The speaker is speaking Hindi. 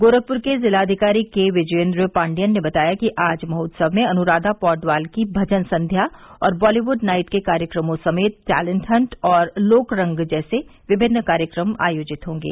गोरखपुर के जिलाधिकारी के विजयेन्द्र पांडियन ने बताया कि आज महोत्सव में अनुराधा पौडवाल की भजन संघ्या और बॉलीवुड नाइट के कार्यक्रमों समेत टैलेंट हंट और लोकरंग जैसे विभिन्न कार्यक्रम आयोजित होंगे